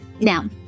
Now